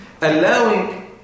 allowing